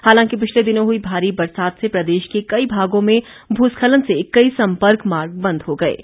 हालांकि पिछले दिनों हुई भारी बरसात से प्रदेश के कई भागों में भूस्खलन से कई संपर्क मार्ग बंद हो गए हैं